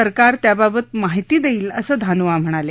सरकार त्याबाबत माहिती देईल असं धनोआ म्हणाले